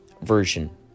version